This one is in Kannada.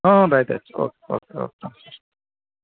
ಹ್ಞೂ ಹ್ಞೂ ರಿ ಆಯ್ತು ಆಯ್ತು ಓಕ್ ಓಕ್ ಓಕ್